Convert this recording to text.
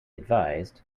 advised